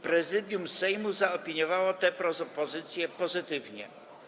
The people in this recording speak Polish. Prezydium Sejmu zaopiniowało tę propozycję pozytywnie.